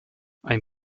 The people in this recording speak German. ein